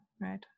right